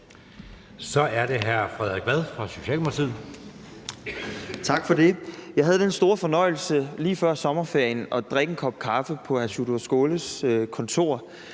Så er det hr. Frederik Vad fra Socialdemokratiet. Kl. 00:04 Frederik Vad (S): Tak for det. Jeg havde den store fornøjelse lige før sommerferien at drikke en kop kaffe på hr. Sjúrður Skaales kontor,